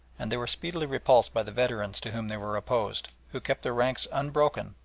and they were speedily repulsed by the veterans to whom they were opposed, who kept their ranks unbroken,